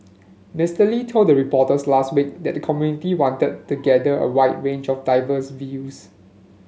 Mister Lee told the reporters last week that the committee wanted to gather a wide range of diverse views